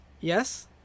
Yes